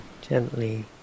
gently